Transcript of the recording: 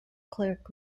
clerk